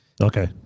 okay